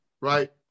right